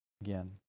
again